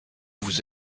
vous